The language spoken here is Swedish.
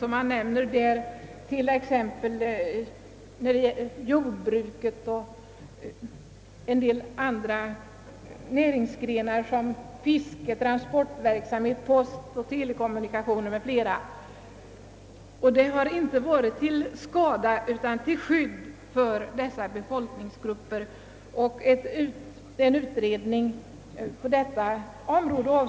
Som exempel kan anföras jordbruket, fisket, transportverksamheten, postoch telekommunikationer. Sådan konkurrensbegränsning har inte varit till skada utan till skydd för ifrågavarande befolkningsgrupper. Utskottet avstyrker därför en utredning på detta område.